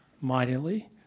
mightily